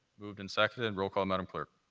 moved and seconded. and roll call, madam clerk.